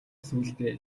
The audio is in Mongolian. сүүлдээ